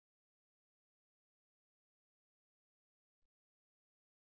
కాబట్టి డిజైన్ను చూద్దాం మనకు ఇక్కడ ఉన్నది తెలియని ఇంపిడెన్స్ గా పరిగణించండి